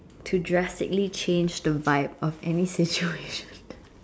to drastically change the vibe of any situation